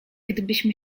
gdybyśmy